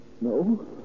No